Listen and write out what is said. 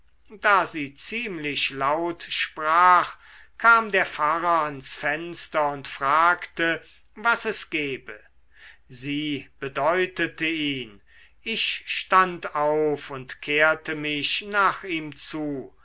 da sie ziemlich laut sprach kam der pfarrer ans fenster und fragte was es gebe sie bedeutete ihn ich stand auf und kehrte mich nach ihm zu